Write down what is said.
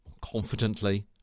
Confidently